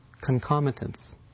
concomitants